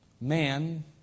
man